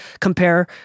compare